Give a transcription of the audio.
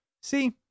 See